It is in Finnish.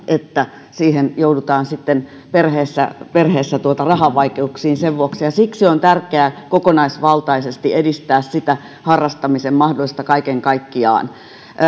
että sen vuoksi joudutaan perheessä perheessä rahavaikeuksiin siksi on tärkeää kokonaisvaltaisesti edistää harrastamisen mahdollisuutta kaiken kaikkiaan